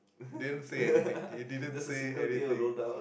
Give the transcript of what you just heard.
he didn't say anything he didn't say anything